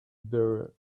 beard